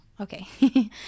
Okay